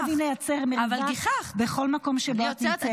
לא חייבים לייצר מריבה בכל מקום שבו את נמצאת.